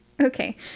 Okay